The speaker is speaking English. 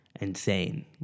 insane